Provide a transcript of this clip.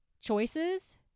choices